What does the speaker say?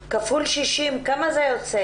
כפול 60 זה יוצא